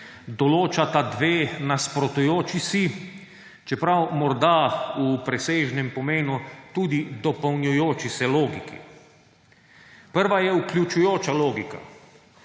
določata dve nasprotujoči si, čeprav morda v presežnem pomenu tudi dopolnjujoči se, logiki. Prva je vključujoča logika,